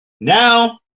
Now